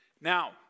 Now